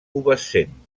pubescent